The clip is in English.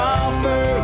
offer